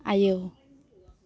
आयौ